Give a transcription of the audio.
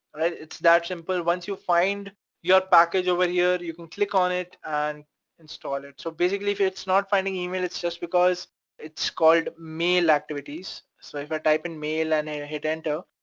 right? it's that simple. once you find your package over here, you can click on it and install it. so basically, if it's not finding email, it's just because it's called mail activities. so if i type in mail and hit enter,